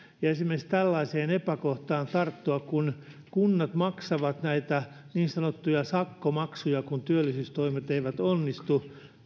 ja esimerkiksi tällaiseen epäkohtaan tarttua kun kunnat maksavat näitä niin sanottuja sakkomaksuja kun työllisyystoimet eivät onnistu